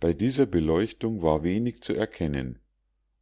bei dieser beleuchtung war wenig zu erkennen